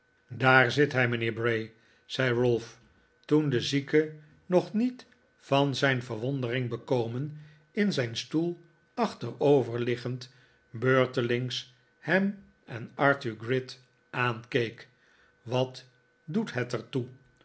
daar zit hij mijnheer bray zei ralph toen de zieke nog niet van zijn verwondering bekomen in zijn stoel achteroverliggend beurtelings hem en arthur gride aankeek wat doet het er toe